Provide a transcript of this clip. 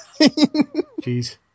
Jeez